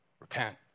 Repent